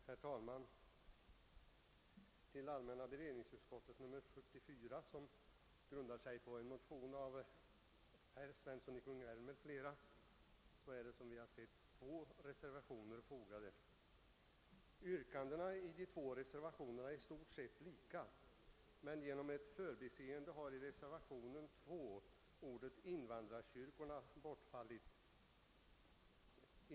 Herr talman! Vid allmänna beredningsutskottets utlåtande nr 44, som behandlar en motion av herr Svensson i Kungälv m.fl., finns fogade två reservationer. Yrkandena i dessa är i stort sett lika, men genom ett förbiseende har i reservationen 2 ordet »invandrarkyrkorna« fallit bort.